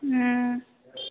हूं